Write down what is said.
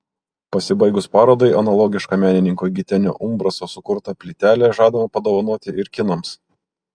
pasibaigus parodai analogišką menininko gitenio umbraso sukurtą plytelę žadama padovanoti ir kinams